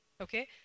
Okay